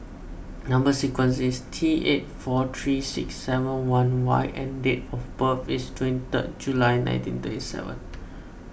Number Sequence is T eight four three six seven one Y and date of birth is twenty third July nineteen thirty seven